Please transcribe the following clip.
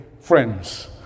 friends